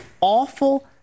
awful